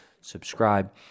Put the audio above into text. subscribe